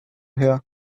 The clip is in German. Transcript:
her